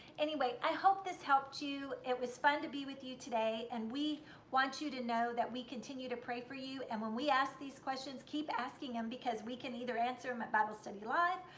anyway, i hope this helped you. it was fun to be with you today and we want you to know that we continue to pray for you, and when we ask these questions keep asking them because we can either answer them at bible study live,